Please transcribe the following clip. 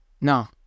No